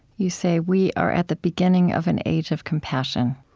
you say, we are at the beginning of an age of compassion.